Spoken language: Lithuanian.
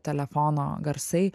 telefono garsai